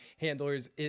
handlers